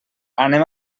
anem